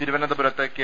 തിരുവനന്തപുരത്ത് കെ